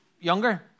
younger